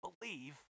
believe